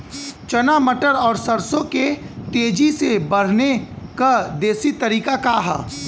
चना मटर और सरसों के तेजी से बढ़ने क देशी तरीका का ह?